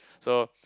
so